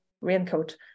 raincoat